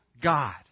God